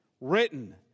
written